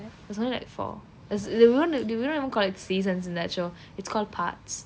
there's only like four there's if we want to we don't even call it seasons in that show it's called parts